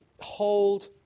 hold